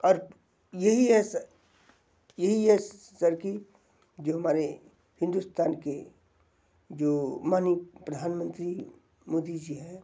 और यही है सर यही है सर कि जो हमारे हिन्दुस्तान के जो माननीय प्रधानमंत्री मोदी जी हैं